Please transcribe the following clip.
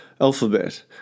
Alphabet